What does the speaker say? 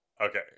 Okay